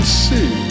see